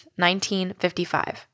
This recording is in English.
1955